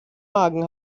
magen